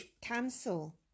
cancel